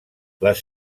les